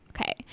Okay